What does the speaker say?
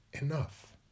enough